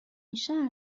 شهر